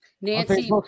Nancy